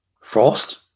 frost